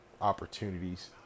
opportunities